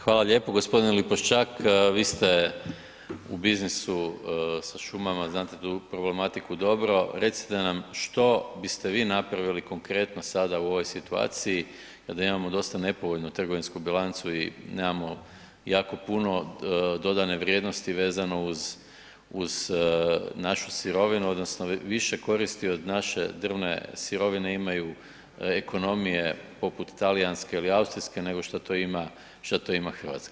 Hvala lijepo. g. Lipovšćak, vi ste u biznisu sa šumama, znate tu problematiku dobro, recite nam što biste vi napravili konkretno sada u ovoj situaciji kada imamo dosta nepovoljnu trgovinsku bilancu i nemamo jako puno dodane vrijednosti vezano uz, uz našu sirovinu odnosno više koristi od naše drvne sirovine imaju ekonomije poput talijanske ili austrijske, nego što to ima, što to ima hrvatska.